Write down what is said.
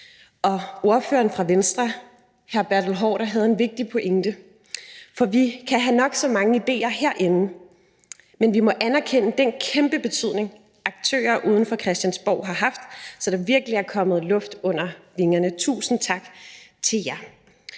Ordføreren fra Venstre, hr. Bertel Haarder, havde en vigtig pointe, for vi kan have nok så mange idéer herinde, men vi må anerkende den kæmpe betydning, aktører uden for Christiansborg har haft, som gør, at der virkelig er kommet luft under vingerne. Tusind tak til jer.